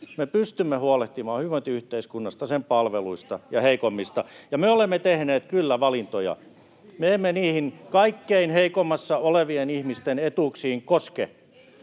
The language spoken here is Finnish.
me pystymme huolehtimaan hyvinvointiyhteiskunnasta, sen palveluista ja heikoimmista. Me olemme tehneet kyllä valintoja. Me emme niihin kaikkein heikoimmassa asemassa olevien ihmisten etuuksiin koske.